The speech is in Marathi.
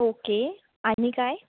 ओके आणि काय